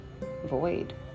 void